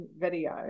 video